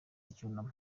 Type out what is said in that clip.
icyunamo